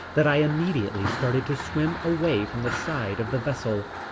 that i immediately started to swim away from the side of the vessel.